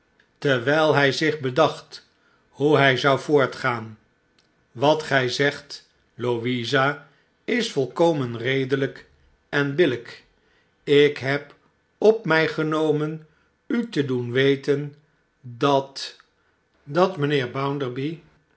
terwijl hij zich bedacht hoe hij zou voortgaan b wat gij zegt louisa is volkomen redelijk en billijk ik heb op mij genomen u te doen weten dat dat mijnheer